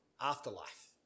Afterlife